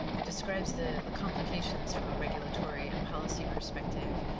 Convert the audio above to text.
describes the the complications from a regulatory and policy perspective.